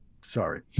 sorry